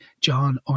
John